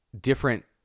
different